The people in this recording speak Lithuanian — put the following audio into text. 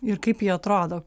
ir kaip jie atrodo